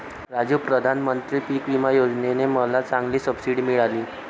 राजू प्रधानमंत्री पिक विमा योजने ने मला चांगली सबसिडी मिळाली